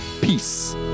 Peace